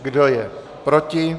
Kdo je proti?